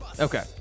Okay